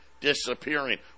disappearing